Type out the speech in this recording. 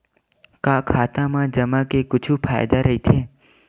का खाता मा जमा के कुछु फ़ायदा राइथे?